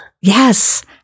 Yes